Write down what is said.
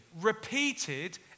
repeated